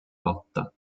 lotta